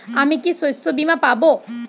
আমি কি শষ্যবীমা পাব?